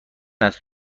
است